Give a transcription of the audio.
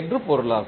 என்று பொருளாகும்